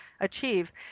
achieve